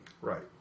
Right